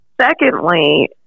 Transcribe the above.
Secondly